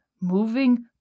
moving